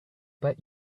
bet